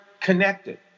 connected